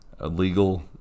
Illegal